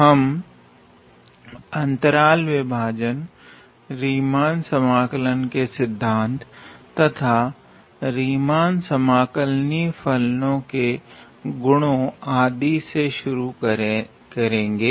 हम अंतराल विभाजन रीमान समाकलन के सिद्धांत तथा रीमान समाकलनिय फलनो के गुणों आदि से शुरुआत करेंगे